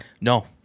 No